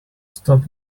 stop